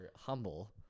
humble